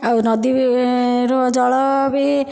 ଆଉ ନଦୀର ଜଳ ବି